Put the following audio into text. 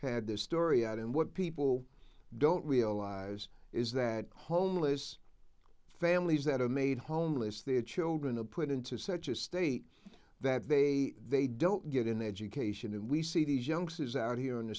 had their story out and what people don't realize is that homeless families that are made homeless their children a put into such a state that they they don't get an education and we see these youngsters out here on the